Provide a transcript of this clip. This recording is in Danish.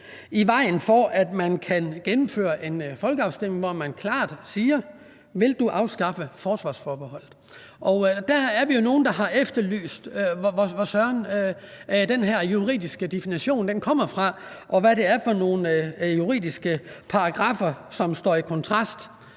i vejen for, at man kan gennemføre en folkeafstemning, hvor man klart spørger: Vil du afskaffe forsvarsforbeholdet? Der er vi jo nogle, der har efterlyst, hvor den her jura kommer fra, og hvad det er for nogle juridiske paragraffer, der står i vejen